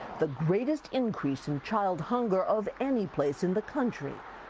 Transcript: the greatest increase in child hunger of any place in the country.